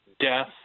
death